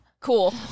Cool